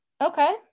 Okay